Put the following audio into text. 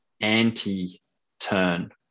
anti-turn